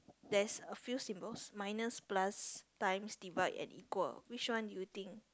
that's a few singles minus plus times divide and equal which one you think